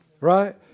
Right